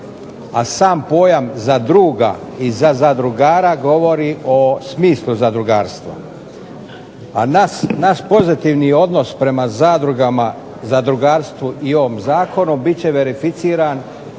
a sam pojam za druga i za zadrugara govori o smislu zadrugarstva. A naš pozitivni odnos prema zadrugama, zadrugarstvu i ovom zakonu bit će verificiran